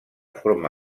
forma